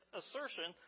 assertion